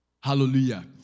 Hallelujah